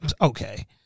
Okay